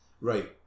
Right